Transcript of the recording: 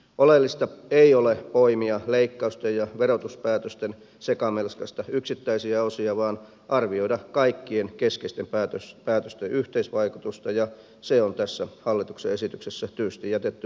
oleellista ei ole poimia leikkausten ja verotuspäätösten sekamelskasta yksittäisiä osia vaan arvioida kaikkien keskeisten päätösten yhteisvaikutusta ja se on tässä hallituksen esityksessä tyystin jätetty tekemättä